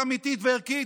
אמיתיות וערכיות,